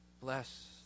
Bless